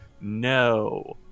no